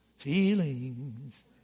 Feelings